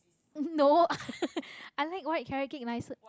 no i like white carrot-cake nicer